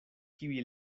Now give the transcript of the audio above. kiuj